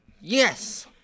yes